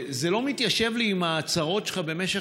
זה לא מתיישב לי עם ההצהרות שלך במשך